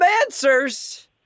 answers